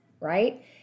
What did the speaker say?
right